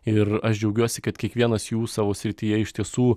ir aš džiaugiuosi kad kiekvienas jų savo srityje iš tiesų